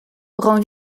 rend